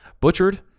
butchered